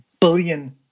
billion